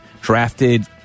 drafted